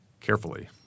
carefully